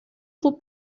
خوب